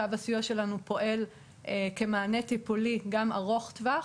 קו הסיוע שלנו פועל כמענה טיפולי גם ארוך טווח.